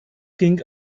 ging